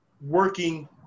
working –